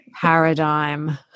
paradigm